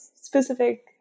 specific